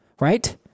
Right